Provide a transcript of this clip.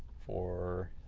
for